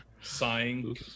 sighing